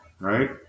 right